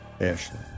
Ashley